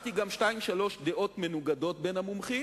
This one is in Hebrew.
שמעתי גם שתיים-שלוש דעות מנוגדות בין המומחים,